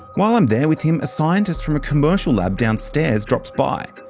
while i'm there with him, a scientist from a commercial lab downstairs drops by.